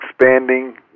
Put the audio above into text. expanding